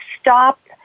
stop